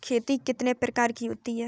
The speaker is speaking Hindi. खेती कितने प्रकार की होती है?